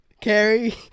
Carrie